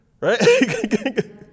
right